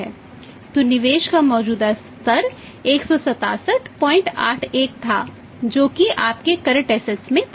तो शुद्ध current assets में था